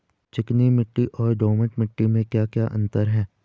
चिकनी मिट्टी और दोमट मिट्टी में क्या क्या अंतर है?